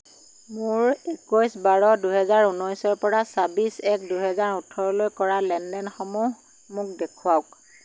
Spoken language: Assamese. মোৰ একৈশ বাৰ দুহেজাৰ ঊনৈশৰ পৰা ছাব্বিশ এক দুহেজাৰ ওঠৰলৈ কৰা লেনদেনসমূহ মোক দেখুৱাওক